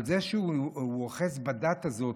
ועל זה שהוא אוחז בדת הזו,